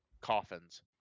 coffins